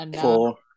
Four